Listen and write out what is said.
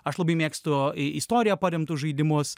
aš labai mėgstu į istoriją paremtus žaidimus